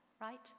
right